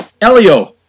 Elio